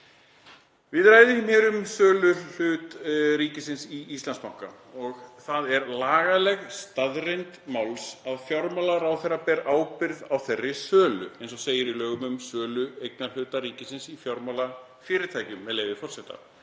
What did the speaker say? Við ræðum hér um sölu á hlut ríkisins í Íslandsbanka og það er lagaleg staðreynd máls að fjármálaráðherra ber ábyrgð á þeirri sölu, eins og segir í lögum um sölumeðferð eignarhluta ríkisins í fjármálafyrirtækjum, með leyfi forseta: